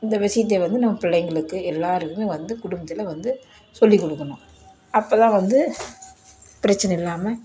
இந்த விஷயத்தை வந்து நம்ம பிள்ளைங்களுக்கு எல்லாேருக்குமே வந்து குடும்பத்தில் வந்து சொல்லிக் கொடுக்கணும் அப்போ தான் வந்து பிரச்சின இல்லாமல்